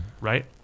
right